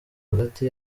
hagati